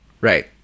Right